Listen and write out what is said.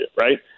right